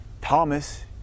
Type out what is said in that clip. Thomas